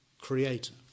creator